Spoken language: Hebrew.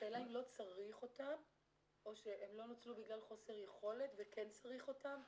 השאלה אם לא צריך אותם או שהם לא נוצלו בגלל חוסר יכולת וכן צריך אותם?